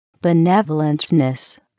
benevolence